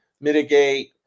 mitigate